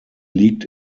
liegt